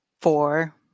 four